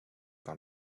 par